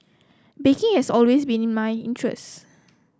baking has always been my interest